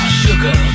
sugar